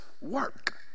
work